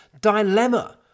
dilemma